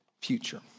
future